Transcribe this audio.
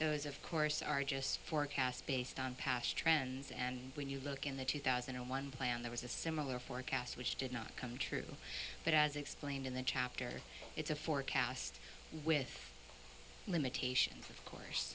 those of course are just forecasts based on past trends and when you look in the two thousand and one plan there was a similar forecast which did not come true but as explained in the chapter it's a forecast with limitations